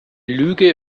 lüge